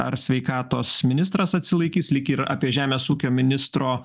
ar sveikatos ministras atsilaikys lyg ir apie žemės ūkio ministro